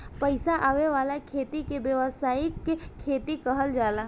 पईसा आवे वाला खेती के व्यावसायिक खेती कहल जाला